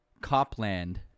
Copland